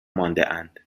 ماندهاند